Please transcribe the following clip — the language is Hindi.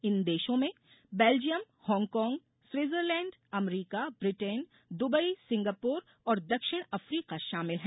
इन देशों में बेल्जियम हांगकांग स्विट्जरलैंड अमरीका ब्रिटेन द्वबई सिंगापुर और दक्षिण अफ्रीका शामिल हैं